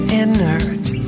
inert